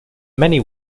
many